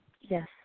Yes